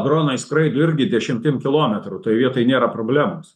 dronai skraido irgi dešimtim kilometrų toj vietoj nėra problemos